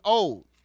old